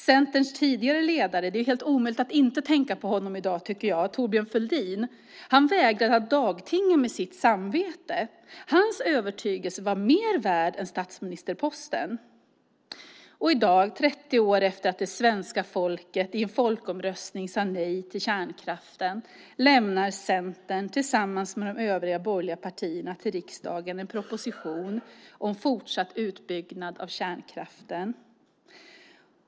Det är helt omöjligt att inte tänka på Centerns tidigare ledare Thorbjörn Fälldin i dag. Han vägrade att dagtinga med sitt samvete. Hans övertygelse var mer värd än statsministerposten. I dag, 30 år efter att det svenska folket i en folkomröstning sade nej till kärnkraften, lämnar Centern tillsammans med de övriga borgerliga partierna en proposition om fortsatt utbyggnad av kärnkraften till riksdagen.